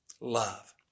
love